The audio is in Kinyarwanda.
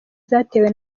zitewe